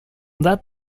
that